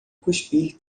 cuspir